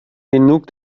genug